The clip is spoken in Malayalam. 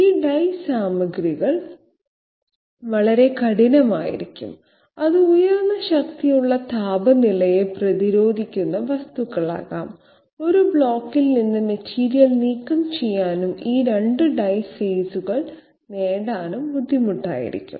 ഈ ഡൈ സാമഗ്രികൾ വളരെ കഠിനമായിരിക്കും അത് ഉയർന്ന ശക്തിയുള്ള താപനിലയെ പ്രതിരോധിക്കുന്ന വസ്തുക്കളാകാം ഒരു ബ്ലോക്കിൽ നിന്ന് മെറ്റീരിയൽ നീക്കം ചെയ്യാനും ഈ 2 ഡൈ ഫേസുകൾ നേടാനും ബുദ്ധിമുട്ടായിരിക്കും